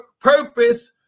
purpose